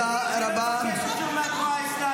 זה לא מוביל לשום פתרון.